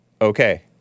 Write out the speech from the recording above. okay